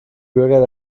bürger